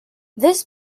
this